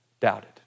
doubted